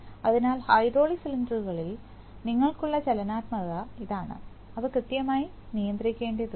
അതിനാൽ ഹൈഡ്രോളിക് സിലിണ്ടറുകളിൽ നിങ്ങൾക്കുള്ള ചലനാത്മകത ഇതാണ് അവ കൃത്യമായി നിയന്ത്രിക്കേണ്ടതുണ്ട്